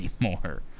anymore